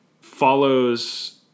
follows